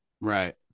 Right